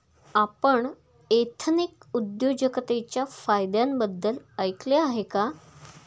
आपण एथनिक उद्योजकतेच्या फायद्यांबद्दल ऐकले आहे का?